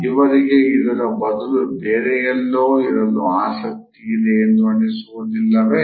ಇವರಿಗೆ ಇದರ ಬದಲು ಬೇರೆಯಲ್ಲೋ ಇರಲು ಆಸಕ್ತಿ ಇದೆ ಎಂದು ಅನ್ನಿಸುವುದಿಲ್ಲವೇ